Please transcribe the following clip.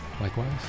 Likewise